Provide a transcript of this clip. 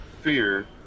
fear